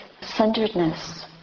centeredness